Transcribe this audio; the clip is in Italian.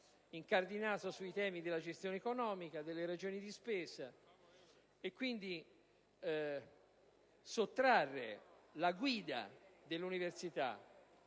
incardinato sui temi della gestione economica e delle ragioni di spesa. Quindi, sottrarre la guida dell'università